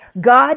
God